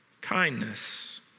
kindness